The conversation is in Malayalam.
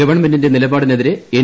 ഗവൺമെന്റിന്റെ നിലപാടിനെതിരെ എൻ